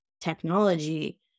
technology